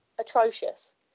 atrocious